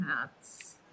hats